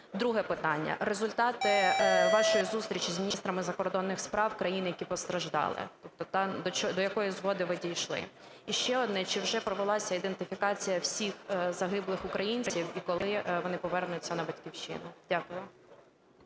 Друге питання. Результати вашої зустрічі з міністрами закордонних справ країн, які постраждали, тобто до якої згоди ви дійшли? І ще одне. Чи вже провелася ідентифікація всіх загиблих українців, і коли вони повернуться на Батьківщину? Дякую.